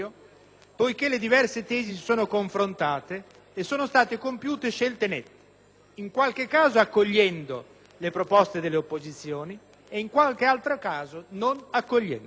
poiché le diverse tesi si sono confrontate e sono state compiute scelte nette, in qualche caso accogliendo le proposte delle opposizioni, in qualche altro caso non accogliendole.